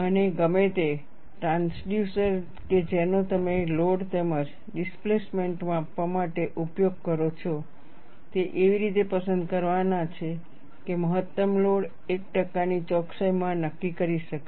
અને ગમે તે ટ્રાન્સડ્યુસર કે જેનો તમે લોડ તેમજ ડિસ્પ્લેસમેન્ટ માપવા માટે ઉપયોગ કરો છો તે એવી રીતે પસંદ કરવાના છે કે મહત્તમ લોડ એક ટકાની ચોકસાઈમાં નક્કી કરી શકાય